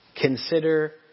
Consider